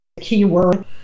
keyword